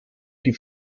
die